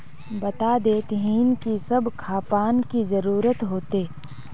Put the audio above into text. बता देतहिन की सब खापान की जरूरत होते?